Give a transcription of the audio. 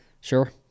Sure